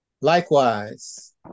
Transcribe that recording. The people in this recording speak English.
Likewise